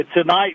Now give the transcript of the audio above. Tonight